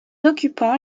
occupants